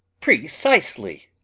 precisely